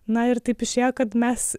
na ir taip išėjo kad mes